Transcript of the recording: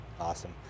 Awesome